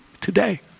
today